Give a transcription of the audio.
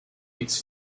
its